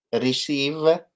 receive